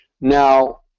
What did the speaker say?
Now